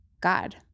God